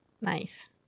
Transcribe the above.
nice